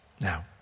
Now